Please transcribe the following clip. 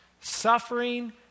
suffering